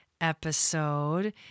episode